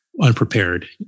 unprepared